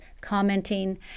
commenting